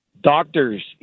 doctors